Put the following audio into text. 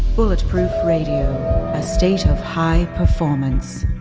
bulletproof radio. a state of high performance.